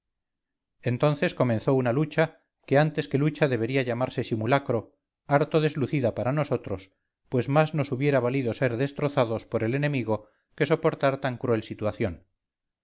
entonces comenzó una lucha que antes que lucha debería llamarse simulacro harto deslucida para nosotros pues más nos hubiera valido ser destrozados por el enemigo que soportar tan cruel situación